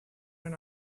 ran